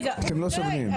אתם לא סובלים.